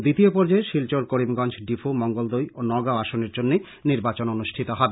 দ্বিতীয় পর্যায়ে শিলচর করিমগঞ্জ ডিফু মঙ্গলদৈ ও নগাঁও আসনেরজন্য নির্বাচন হবে